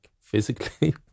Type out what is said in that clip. physically